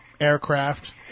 aircraft